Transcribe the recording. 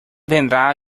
vendrá